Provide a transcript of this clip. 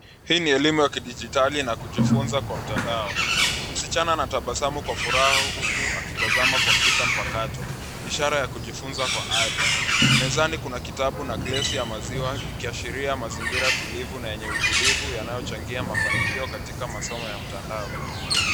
Hii ni elimu ya kidijitali na kujifunza kwa mtandao, msichana anatabasamu kwa furaha huku akitazama kompyuta mpakato, ishara ya kujifunza kwa ari . Mezani kuna kitabu na glasi ya maziwa ikiashiria mazingira tulivu na yenye utulivu yanayochangia mafanikio katika masomo ya mtandao.